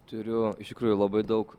turiu iš tikrųjų labai daug